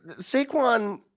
Saquon